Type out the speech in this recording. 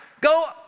Go